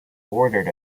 ordered